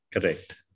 Correct